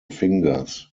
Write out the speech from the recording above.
fingers